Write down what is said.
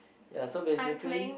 ya so basically